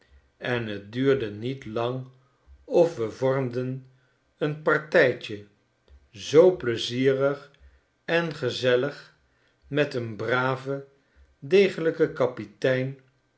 en t duurde niet lang of we vormden een partijtje zoo pleizierig en gezellig met een braven degelijken kapitein